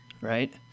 right